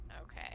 Okay